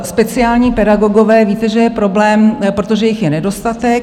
Speciální pedagogové víte, že je problém, protože jich je nedostatek.